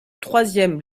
troisième